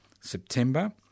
September